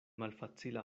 malfacila